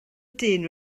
dyn